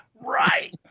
Right